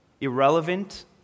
irrelevant